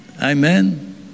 Amen